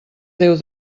déu